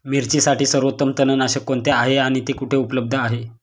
मिरचीसाठी सर्वोत्तम तणनाशक कोणते आहे आणि ते कुठे उपलब्ध आहे?